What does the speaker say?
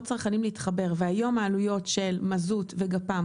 צרכנים להתחבר והיום העלויות של מזות וגפ"מ,